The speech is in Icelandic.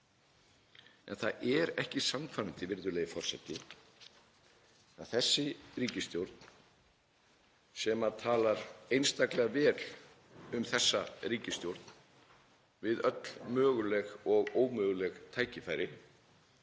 En það er ekki sannfærandi, virðulegi forseti, að þessi ríkisstjórn, sem talar einstaklega vel um þessa ríkisstjórn við öll möguleg og ómöguleg tækifæri